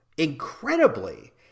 incredibly